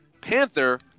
Panther